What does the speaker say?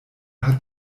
hat